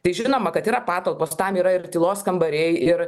tai žinoma kad yra patalpos tam yra ir tylos kambariai ir